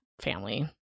family